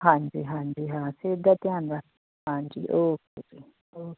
ਹਾਂਜੀ ਹਾਂਜੀ ਹਾਂ ਸਿਹਤ ਦਾ ਧਿਆਨ ਰੱਖ ਹਾਂਜੀ ਓਕੇ ਜੀ ਓਕੇ